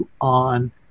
on